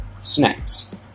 snacks